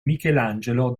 michelangelo